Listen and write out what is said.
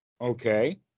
Okay